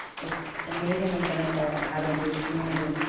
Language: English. it's an amazing example of how to engage a community.